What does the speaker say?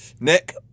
Nick